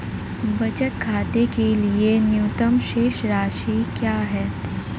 बचत खाते के लिए न्यूनतम शेष राशि क्या है?